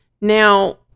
now